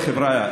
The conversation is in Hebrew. חבריא,